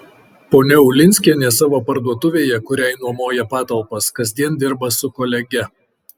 ponia ulinskienė savo parduotuvėje kuriai nuomoja patalpas kasdien dirba su kolege